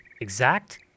exact